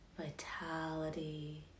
vitality